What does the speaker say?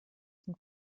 zum